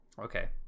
okay